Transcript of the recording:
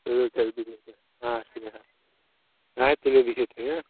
تُلو سر بیٚہو تُہۍ اچھا تُلو بِیٚہو تیٚلہِ ہاں